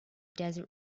desert